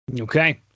Okay